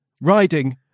Riding